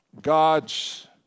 God's